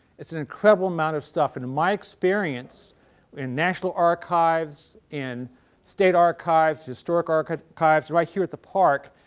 its an incredible amount of stuff and my experience in national archives and state archives, historic archives archives right here at the park,